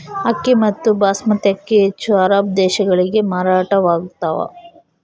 ಅಕ್ಕಿ ಮತ್ತು ಬಾಸ್ಮತಿ ಅಕ್ಕಿ ಹೆಚ್ಚು ಅರಬ್ ದೇಶಗಳಿಗೆ ಮಾರಾಟವಾಗ್ತಾವ